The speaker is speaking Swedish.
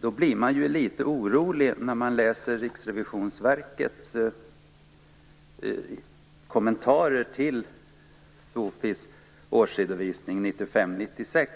Därför blir man litet orolig när man läser Riksrevisionsverkets kommentarer till SOFI:s årsredovisning 1995/96,